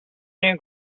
knew